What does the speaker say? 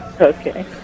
Okay